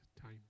time